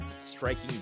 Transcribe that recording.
striking